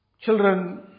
children